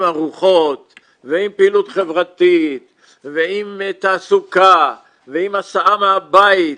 עם ארוחות ועם פעילות חברתית ועם תעסוקה ועם הסעה מהבית.